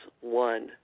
one